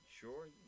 Sure